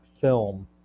film